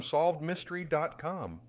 SolvedMystery.com